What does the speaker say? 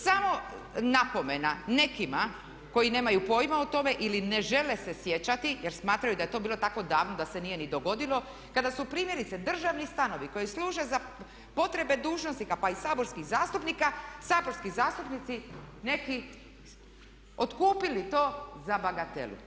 Samo napomena nekima koji nemaju pojma o tome ili ne žele se sjećati jer smatraju da je to bilo tako davno da se nije ni dogodilo kada su primjerice državni stanovi koji služe za potrebe dužnosnika pa i saborskih zastupnika, saborski zastupnici neki otkupili to za bagatelu.